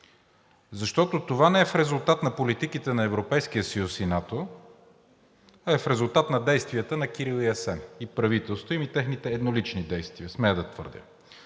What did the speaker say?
Защото това не е в резултат на политиките на Европейския съюз и НАТО, а е в резултат на действията на Кирил, Асен и правителството им и техните еднолични действия, смея да твърдя.